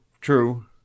TRUE